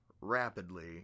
rapidly